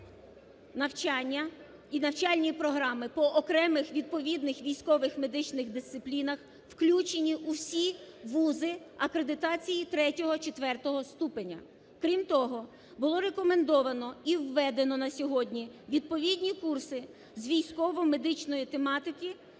навчання, і навчальні програми по окремих відповідних військових медичних дисциплінах включені у всі вузи акредитації 3-4 ступеня. Крім того, було рекомендовано і введено. на сьогодні, відповідні курси з військово-медичної тематики